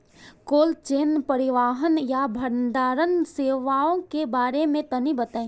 Cold chain परिवहन या भंडारण सेवाओं के बारे में तनी बताई?